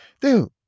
dude